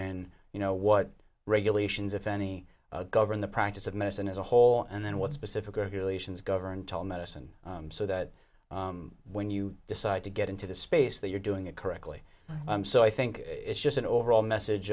in you know what regulations if any govern the practice of medicine as a whole and what specific regulations govern told medicine so that when you decide to get into the space that you're doing it correctly so i think it's just an overall message